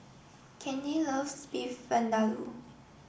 Candy Loves Beef Vindaloo